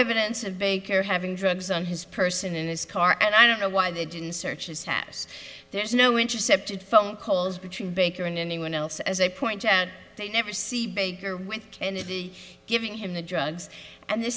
evidence of baker having drugs on his person in his car and i don't know why they didn't search his house there's no intercepted phone calls between baker and anyone else as a point and they never see baker with kennedy giving him the drugs and the